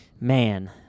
man